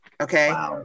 Okay